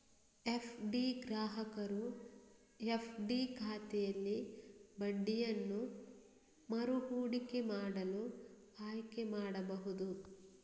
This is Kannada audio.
ಎಫ್.ಡಿ ಗ್ರಾಹಕರು ಎಫ್.ಡಿ ಖಾತೆಯಲ್ಲಿ ಬಡ್ಡಿಯನ್ನು ಮರು ಹೂಡಿಕೆ ಮಾಡಲು ಆಯ್ಕೆ ಮಾಡಬಹುದು